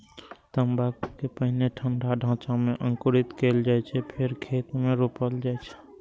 तंबाकू कें पहिने ठंढा ढांचा मे अंकुरित कैल जाइ छै, फेर खेत मे रोपल जाइ छै